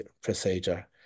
procedure